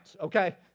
okay